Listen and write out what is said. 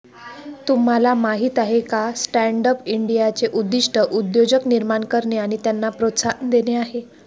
तुम्हाला माहीत आहे का स्टँडअप इंडियाचे उद्दिष्ट उद्योजक निर्माण करणे आणि त्यांना प्रोत्साहन देणे आहे